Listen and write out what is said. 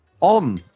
on